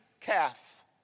calf